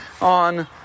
on